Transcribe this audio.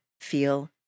feel